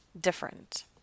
different